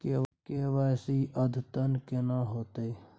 KYC अद्यतन केना होतै?